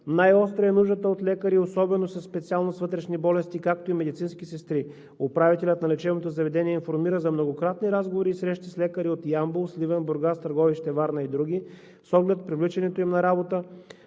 Най-остра е нуждата от лекари, особено със специалност „Вътрешни болести“, както и от медицински сестри. Управителят на лечебното заведение информира за многократни разговори и срещи с лекари от град Ямбол, Сливен, Бургас, Търговище, Варна и други с оглед привличането им да работят